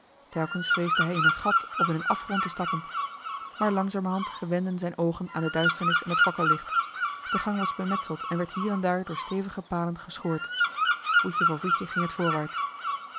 telkens vreesde hij in een gat of in een afgrond te stappen maar langzamerhand gewenden zijne oogen aan de duisternis en het fakkellicht de gang was bemetseld en werd hier en daar door stevige palen geschoord voetje voor voetje ging het voorwaarts